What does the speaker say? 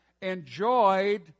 enjoyed